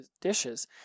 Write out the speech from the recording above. dishes